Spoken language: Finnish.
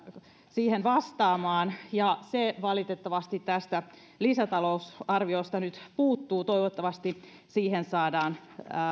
vastaamaan se valitettavasti tästä lisätalousarviosta nyt puuttuu toivottavasti siihen saadaan